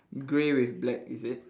grey with black is it